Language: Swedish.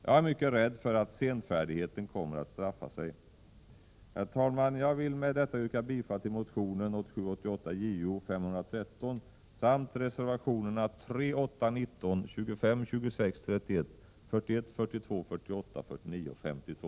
Jag är mycket rädd för att senfärdigheten kommer att straffa sig. Herr talman! Jag vill med detta yrka bifall till motionen 1987/88:Jo513 samt reservationerna 3, 8, 19, 25, 26, 31, 41, 42, 48, 49 och 52.